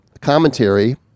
commentary